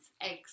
eggs